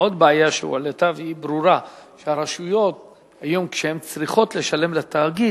עוד בעיה שהועלתה והיא ברורה: כשהרשויות צריכות היום לשלם לתאגיד,